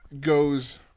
goes